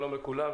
שלום לכולם.